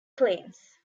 claims